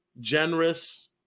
generous